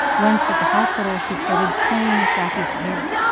once, at the hospital, she started playing with jacquie's hair.